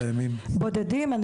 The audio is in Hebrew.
כמה מקרים כאלה קיימים?